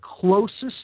closest